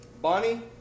Bonnie